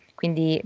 quindi